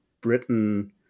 Britain